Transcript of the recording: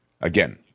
Again